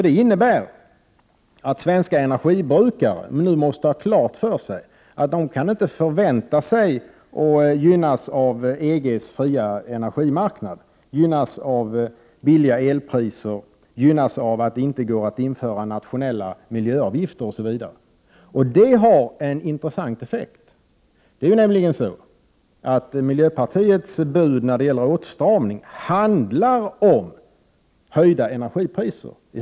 Det innebär att svenska energibrukare nu måste ha klart för sig att de inte kan förvänta sig att gynnas av EG:s fria energimarknad, att gynnas av låga elpriser, att gynnas av att det inte går att införa nationella miljöavgifter osv. Det har en intressant effekt. Miljöpartiets bud när det gäller åtstramning handlar i stor utsträckning om höjda energipriser.